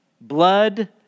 blood